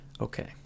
Okay